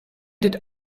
did